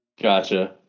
Gotcha